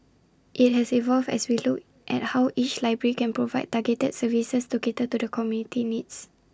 IT has evolved as we look at how each library can provide targeted services to cater to the community's needs